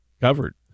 covered